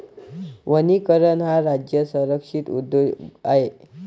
वनीकरण हा राज्य संरक्षित उद्योग आहे